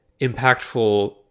impactful